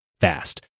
fast